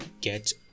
get